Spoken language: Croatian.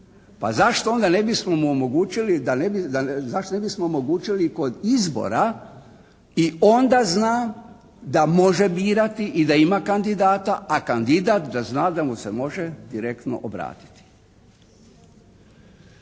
da, zašto ne bismo omogućili kod izbora i onda zna da može birati i da ima kandidata, a kandidat da zna da mu se može direktno obratiti.